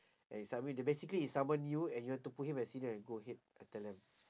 and insult me they basically is someone new and you want to put him as senior go ahead I tell them